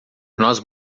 nós